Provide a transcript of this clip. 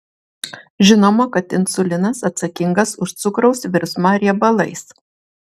žinoma kad insulinas atsakingas už cukraus virsmą riebalais